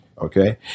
Okay